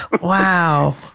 Wow